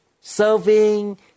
serving